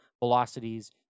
velocities